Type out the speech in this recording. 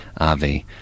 RV